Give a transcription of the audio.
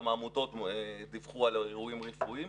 גם העמותות דיווחו על אירועים רפואיים,